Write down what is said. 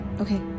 Okay